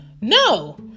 No